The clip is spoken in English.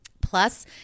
Plus